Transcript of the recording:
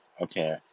okay